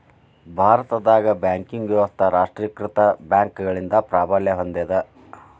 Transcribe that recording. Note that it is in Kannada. ಭಾರತದಾಗ ಬ್ಯಾಂಕಿಂಗ್ ವ್ಯವಸ್ಥಾ ರಾಷ್ಟ್ರೇಕೃತ ಬ್ಯಾಂಕ್ಗಳಿಂದ ಪ್ರಾಬಲ್ಯ ಹೊಂದೇದ